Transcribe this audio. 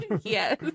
Yes